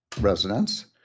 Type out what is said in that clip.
residents